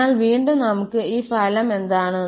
അതിനാൽ വീണ്ടും നമുക്ക് ഈ ഫലം എന്താണ്